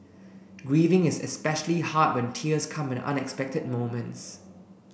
grieving is especially hard when tears come at unexpected moments